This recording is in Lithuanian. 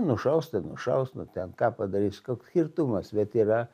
nušaus tai nušaus nu ten ką padarysi koks skirtumas bet yra